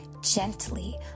gently